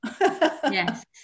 Yes